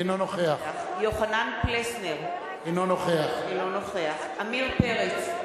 אינו נוכח יוחנן פלסנר, אינו נוכח עמיר פרץ,